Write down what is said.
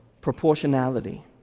Proportionality